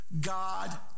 God